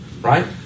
right